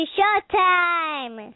Showtime